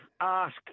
ask